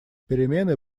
перемены